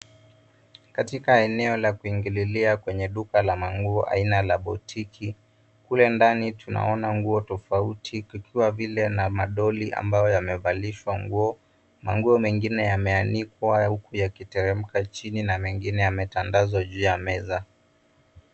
Katika eneo la kuingililia kwenye duka la manguo aina la botiki. Kule ndani tunaona nguo tofauti kukiwa vile na madoli ambayo yamevalishwa nguo. Manguo mengine yameanikwa huku yakiteremka chini na mengine yametandazwa juu ya meza.